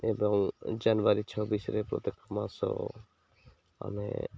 ଏବଂ ଜାନୁଆରୀ ଛବିଶିରେ ପ୍ରତ୍ୟେକ ମାସ ଆମେ